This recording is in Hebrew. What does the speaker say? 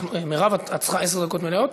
מרב, את צריכה עשר דקות מלאות?